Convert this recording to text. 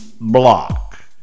block